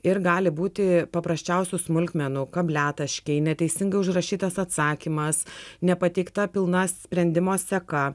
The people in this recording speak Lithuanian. ir gali būti paprasčiausių smulkmenų kabliataškiai neteisingai užrašytas atsakymas nepateikta pilna sprendimo seka